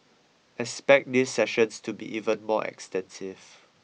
expect these sessions to be even more extensive